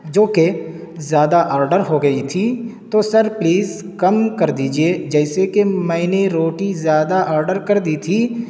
جو کہ ذیادہ آڈر ہو گئی تھیں تو سر پلیز کم کر دیجیے جیسے کہ میں نے روٹی زیادہ آڈر کر دی تھی